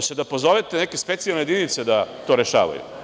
Hoćete da pozovete neke specijalne jedinice da to rešavaju?